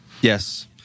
Yes